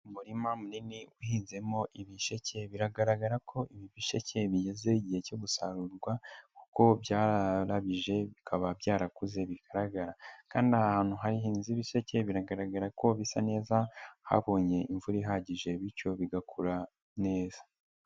Umurima munini uhinzemo ibisheke biragaragara ko ibi bisheke bigeze igihe cyo gusarurwa kuko byararabije bikaba byarakuze bigaragara, kandi ahantu hahinze ibiseke biragaragara ko bisa neza habonye imvura ihagije bityo bigakura neza.